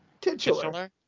Titular